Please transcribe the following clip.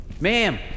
Ma'am